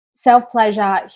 self-pleasure